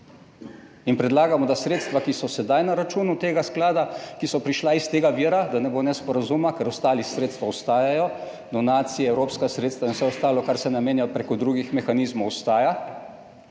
In predlagamo, da sredstva, ki so sedaj na računu tega sklada, ki so prišla iz tega vira, da ne bo nesporazuma, ker ostali sredstva ostajajo, donacije, evropska sredstva in vse ostalo, kar se namenja, preko drugih mehanizmov, ostaja,